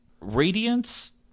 radiance